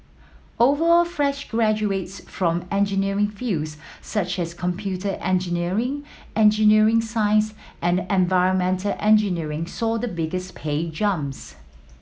overall fresh graduates from engineering fields such as computer engineering engineering science and environmental engineering saw the biggest pay jumps